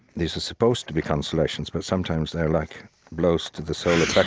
these are supposed to be consolations, but sometimes they're like blows to the soul. right.